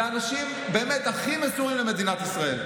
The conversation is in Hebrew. זה אנשים באמת הכי מסורים למדינת ישראל.